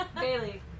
Bailey